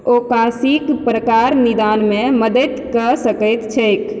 ओकासीके प्रकार निदानमे मदति कऽ सकै छै